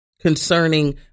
concerning